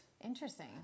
Interesting